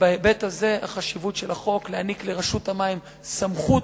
בהיבט הזה החשיבות של החוק להעניק לרשות המים סמכות,